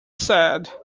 said